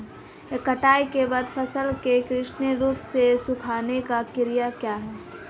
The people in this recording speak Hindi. कटाई के बाद फसल को कृत्रिम रूप से सुखाने की क्रिया क्या है?